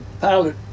pilot